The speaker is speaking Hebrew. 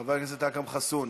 חבר הכנסת אכרם חסון,